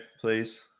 please